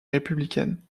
républicaine